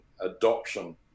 adoption